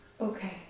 Okay